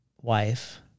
wife